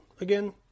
again